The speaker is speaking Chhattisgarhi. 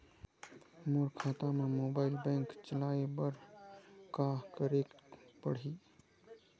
मोर खाता मा मोबाइल बैंकिंग चलाए बर का करेक पड़ही?